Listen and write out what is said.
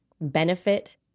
benefit